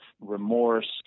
remorse